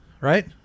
right